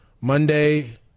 Monday